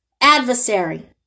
adversary